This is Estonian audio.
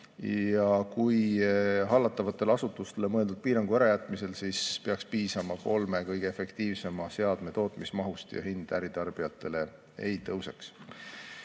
ja kui hallatavatele asutustele mõeldud piirang ära jätta, siis peaks piisama kolme kõige efektiivsema seadme tootmismahust ja hind äritarbijatel ei tõuseks.